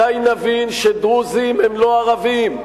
מתי נבין שדרוזים הם לא ערבים,